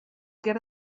get